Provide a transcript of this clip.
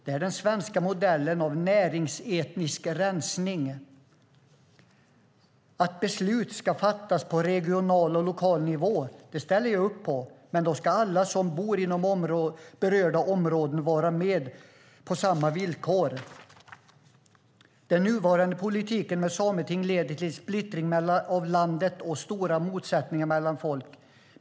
Det är den svenska modellen av näringsetnisk rensning. Att beslut ska fattas på regional och lokal nivå ställer jag upp på. Men då ska alla som bor i berörda områden vara med på samma villkor. Den nuvarande politiken med sameting leder till splittring av landet och stora motsättningar mellan folk.